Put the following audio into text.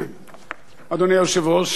אדוני היושב-ראש,